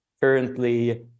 currently